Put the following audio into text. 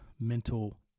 mental